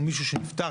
מישהו שנפטר,